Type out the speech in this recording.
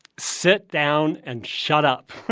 sit down and shut up